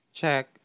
check